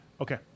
Okay